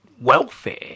welfare